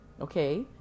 Okay